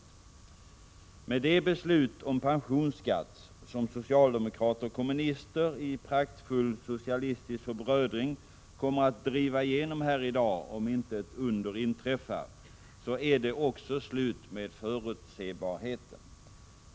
I och med det beslut om pensionsskatt som socialdemokrater och kommunister i praktfull socialistisk förbrödring kommer att driva igenom här i dag om inte ett under inträffar är det också slut med förutsebarheten.